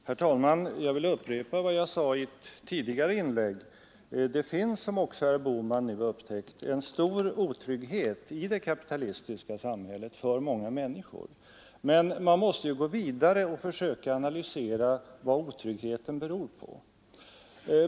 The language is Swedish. Herr talman! Jag vill upprepa vad jag sade i ett tidigare inlägg. Det finns, som också herr Bohman nu upptäckt, en stor otrygghet i det kapitalistiska samhället för många människor. Men man måste gå vidare och försöka analysera vad otryggheten beror på.